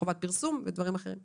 מבחינתנו